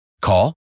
Call